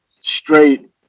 straight